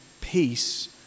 peace